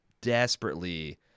desperately